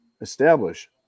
establish